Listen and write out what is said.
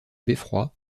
beffroi